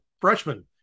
freshman